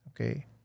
Okay